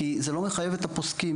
כי זה לא מחייב את הפוסקים.